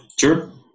Sure